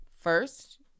first